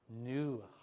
new